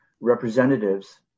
representatives